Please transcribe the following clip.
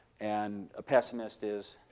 and a pessimist is?